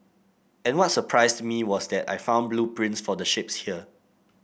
and what surprised me was that I found blueprints for the ships here